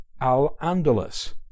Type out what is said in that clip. Al-Andalus